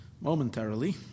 momentarily